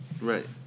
Right